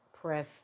press